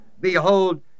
Behold